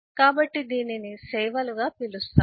కాబట్టి దీనిని సేవలుగా పిలుస్తారు